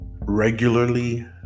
regularly